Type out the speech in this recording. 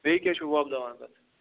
بیٚیہِ کیاہ چھو وۄبداوان تتھ